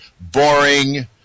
Boring